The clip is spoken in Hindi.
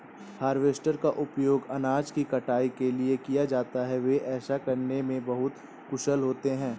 हार्वेस्टर का उपयोग अनाज की कटाई के लिए किया जाता है, वे ऐसा करने में बहुत कुशल होते हैं